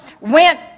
went